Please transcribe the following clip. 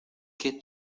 qué